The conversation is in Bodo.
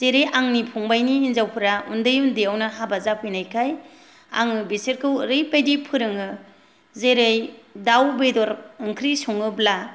जेरै आंनि फंबायनि हिनजावफोरा उन्दै उन्दैयावनो हाबा जाफैनायखाय आङो बिसोरखौ ओरैबादि फोरोङो जेरै दाउ बेदर ओंख्रि सङोब्ला